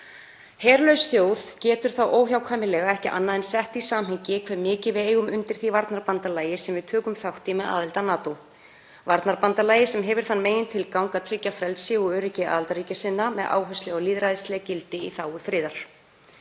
Herlaus þjóð getur ekki annað en sett það í samhengi hve mikið við eigum undir því varnarbandalagi sem við tökum þátt í með aðild að NATO, varnarbandalagi sem hefur þann megintilgang að tryggja frelsi og öryggi aðildarríkja sinna með áherslu á lýðræðisleg gildi í þágu friðar.